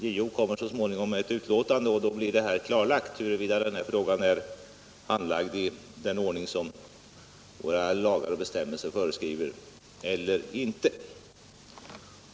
JO kommer så småningom med ett utlåtande, och då blir det klarlagt huruvida frågan handlagts i den ordning som våra lagar och bestämmelser föreskriver eller inte.